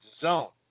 Zone